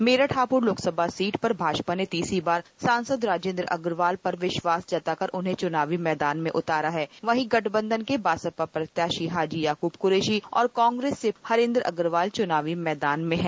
Meerut Hapur Lok Sabha seat पर भाजपा ने तीसरी बार सांसद राजेंद्र अग्रवाल पर विश्वास जता कर उन्हें चुनावी मैदान में उतारा वही गठबंधन के बसपा प्रत्याशी हाजी याकूब कुरैशी और कांग्रेस से हरेंद्र अग्रवाल चुनावी मैदान में है